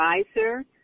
advisor